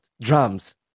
Drums